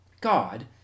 God